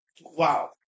Wow